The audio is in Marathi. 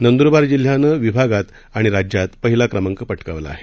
नंदुरबार जिल्ह्यानं विभागात आणि राज्यात पहिला क्रमांक पटकावला आहे